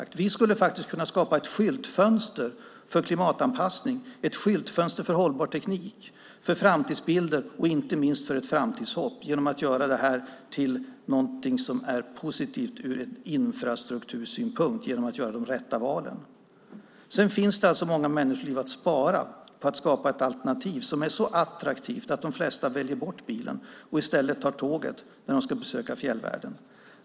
Genom att göra de rätta valen skulle vi kunna skapa ett skyltfönster för klimatanpassning, ett skyltfönster för hållbar teknik, för framtidsbilder och inte minst för ett framtidshopp och något positivt ur infrastruktursynpunkt. Det går att spara många människoliv genom att skapa ett alternativ som är så attraktivt att de flesta väljer bort bilen och i stället tar tåget när de ska besöka fjällvärlden.